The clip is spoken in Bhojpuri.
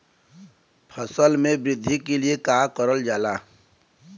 फसल मे वृद्धि के लिए का करल जाला?